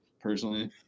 personally